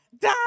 Die